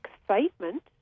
excitement